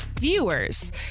viewers